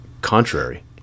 contrary